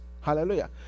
Hallelujah